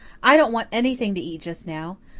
i don't want anything to eat just now.